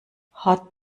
hat